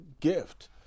gift